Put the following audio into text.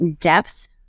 depths